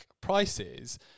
prices